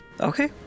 Okay